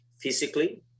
physically